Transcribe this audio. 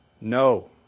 No